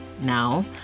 now